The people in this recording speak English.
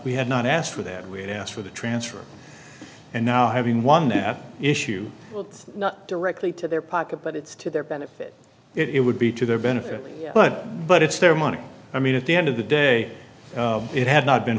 we had not asked for that we had asked for the transfer and now having won that issue not directly to their pocket but it's to their benefit it would be to their benefit but but it's their money i mean at the end of the day it had not been